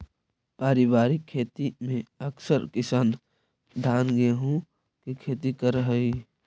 पारिवारिक खेती में अकसर किसान धान गेहूँ के ही खेती करऽ हइ